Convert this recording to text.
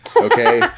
Okay